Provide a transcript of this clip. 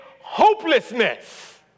hopelessness